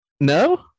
no